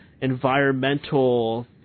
environmental